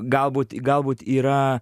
galbūt galbūt yra